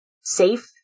safe